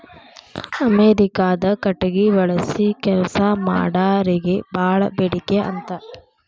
ಅಮೇರಿಕಾದಾಗ ಕಟಗಿ ಬಳಸಿ ಕೆಲಸಾ ಮಾಡಾರಿಗೆ ಬಾಳ ಬೇಡಿಕೆ ಅಂತ